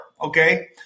Okay